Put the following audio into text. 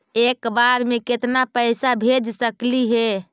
एक बार मे केतना पैसा भेज सकली हे?